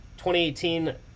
2018